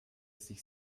sich